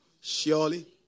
Surely